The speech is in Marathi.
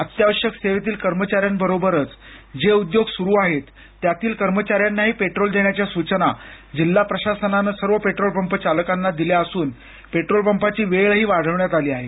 अत्यावश्यक सेवेतील कर्मचाऱ्यांबरोबरच जे उद्योग सुरु आहेत त्याच्या कर्मचाऱ्यांनाही पेट्रोल देण्याच्या सूचना जिल्हा प्रशासनानं सर्व पेट्रोल पंप चालकांना दिल्या असून पेट्रोल पंपाची वेळ ही वाढवण्यात आली आहे